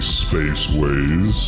spaceways